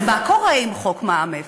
אז מה קורה עם חוק מע"מ אפס?